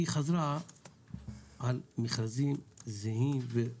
היא חזרה על מכרזים זהים, וזוכים.